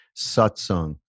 satsang